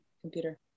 computer